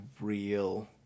real